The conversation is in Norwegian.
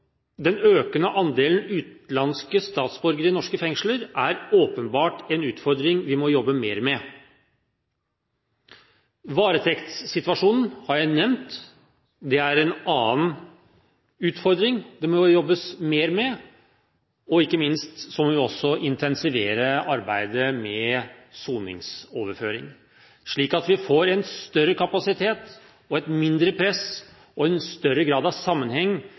Den økende andelen utenlandske statsborgere i norske fengsler er åpenbart en utfordring vi må jobbe mer med. Varetektssituasjonen har jeg nevnt. Det er en annen utfordring det må jobbes mer med. Ikke minst må vi intensivere arbeidet med soningsoverføring, slik at vi får større kapasitet, mindre press og større grad av sammenheng